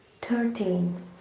thirteen